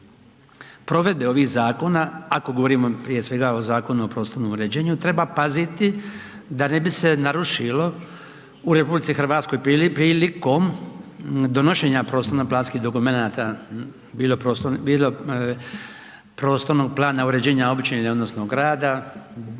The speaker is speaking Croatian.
provedbe ovih zakona ako govorimo prije svega o Zakonu o prostornom uređenju treba paziti da ne bi se narušilo u RH prilikom donošenja prostorno-planskih dokumenata bilo prostornog plana uređenja općine odnosno grada,